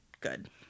good